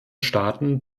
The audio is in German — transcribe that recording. staaten